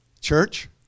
Church